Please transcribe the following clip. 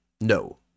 No